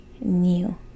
new